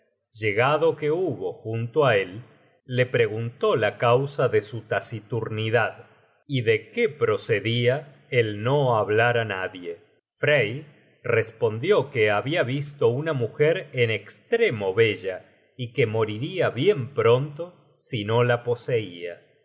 llegado que hubo junto á él le preguntó la causa de su taciturni dad y de qué procedia el no hablar á nadie frey respondió que habia visto una mujer en estremo bella y que moriria bien pronto si no la poseia